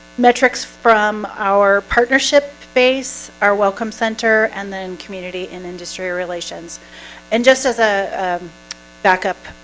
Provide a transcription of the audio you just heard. metrics from our partnership base our welcome center and then community and industry relations and just as a backup,